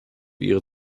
ihre